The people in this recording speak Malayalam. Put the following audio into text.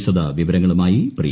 വിശദ വിവരങ്ങളുമായി പ്രിയ